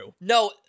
no